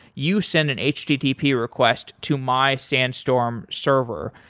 you send in a http request to my sandstorm server.